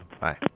Bye